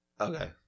Okay